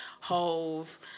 Hove